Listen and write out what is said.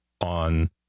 on